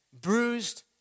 bruised